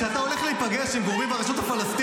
כשאתה הולך להיפגש עם גורמים ברשות הפלסטינית,